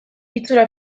itxura